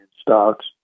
stocks